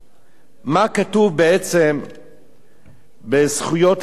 מה כתוב על זכויות הילידים,